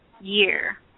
year